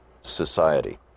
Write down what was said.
society